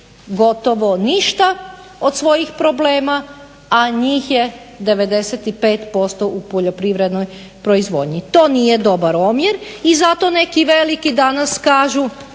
gotovo ništa od svojih problema, a njih je 95% u poljoprivrednoj proizvodnji. To nije dobar omjer i zato neki veliki danas kažu